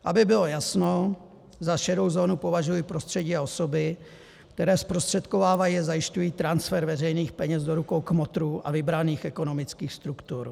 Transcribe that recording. Aby bylo jasno, za šedou zónu považuji prostředí a osoby, které zprostředkovávají a zajišťují transfer veřejných peněz do rukou kmotrů a vybraných ekonomických struktur.